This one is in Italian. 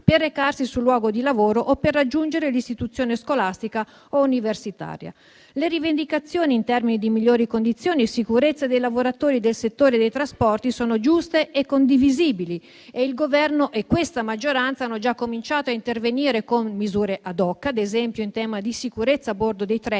per recarsi sul luogo di lavoro o per raggiungere l'istituzione scolastica o universitaria. Le rivendicazioni in termini di migliori condizioni e sicurezza dei lavoratori del settore dei trasporti sono giuste e condivisibili. E il Governo e questa maggioranza hanno già cominciato a intervenire con misure *ad hoc*, ad esempio in tema di sicurezza a bordo di treni